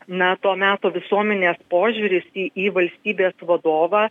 na to meto visuomenės požiūris į valstybės vadovą